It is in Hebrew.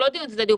הוא לא דיון צדדי,